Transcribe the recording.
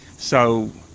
so,